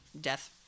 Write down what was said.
death